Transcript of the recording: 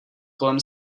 kolem